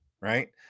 right